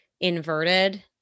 inverted